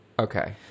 Okay